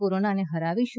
કોરોનાને હરાવીશું